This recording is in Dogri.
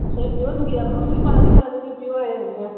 अच्छा ऐ प्योर मखीर ऐ पर हून मिकी पता कि'यां लग्गग कि एह् प्योर ऐ जां नेईं ऐ